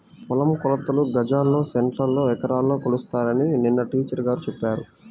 పొలం కొలతలు గజాల్లో, సెంటుల్లో, ఎకరాల్లో కొలుస్తారని నిన్న టీచర్ గారు చెప్పారు